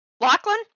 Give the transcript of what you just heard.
Lachlan